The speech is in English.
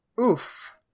Oof